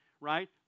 right